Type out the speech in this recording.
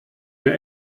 mir